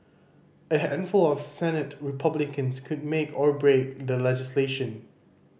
a handful of Senate Republicans could make or break the legislation